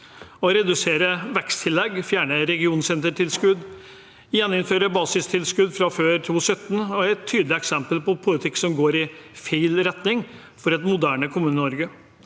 Å redusere veksttilskuddet, fjerne regionsentertilskuddet og gjeninnføre basistilskuddet fra før 2017 er tydelige eksempler på politikk som går i feil retning for et moderne Kommune-Norge.